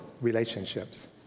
relationships